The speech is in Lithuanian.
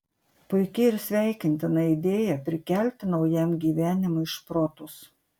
puiki ir sveikintina idėja prikelti naujam gyvenimui šprotus